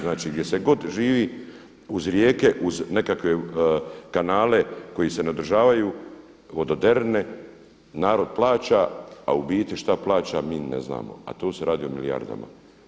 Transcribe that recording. Znači gdje se god živi uz rijeke, uz nekakve kanale koji se ne održavaju, vododerne, narod plaća a u biti šta plaća mi ne znamo a tu se radi o milijardama.